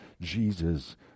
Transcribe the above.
Jesus